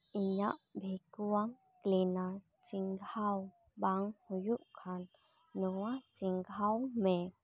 ᱤᱧᱟᱹᱜ vacuum cleaner ᱪᱷᱮᱸᱜᱷᱟᱣ ᱵᱟᱝ ᱦᱩᱭᱩᱜ ᱠᱷᱟᱱ ᱱᱚᱣᱟ ᱪᱮᱸᱜᱷᱟᱣ ᱢᱮ